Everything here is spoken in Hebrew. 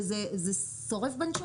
וזה שורף בנשמה.